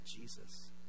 Jesus